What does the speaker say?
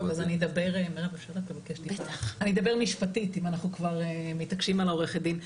אני אדבר משפטית אם אנחנו כבר מתעקשים על עורכת דין.